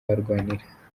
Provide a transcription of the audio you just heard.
barwanira